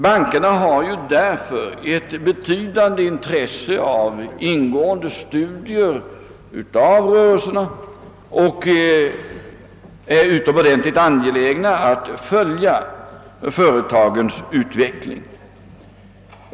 Bankerna har därför ett betydande intresse av ingående studier av rörelserna och är utomordentligt angelägna att följa företagens utveckling.